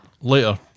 Later